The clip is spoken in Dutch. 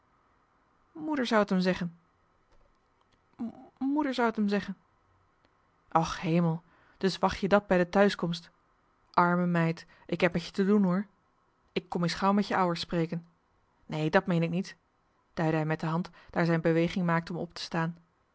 tranen moeder zou et em zeggen och hemel dus wacht je dat bij de thuiskomst arme meid ik heb met je te doen hoor ik kom es gauw met je ou'ers spreken nee dat meen ik niet duidde hij met de hand daar zij een beweging maakte om op te staan